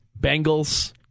Bengals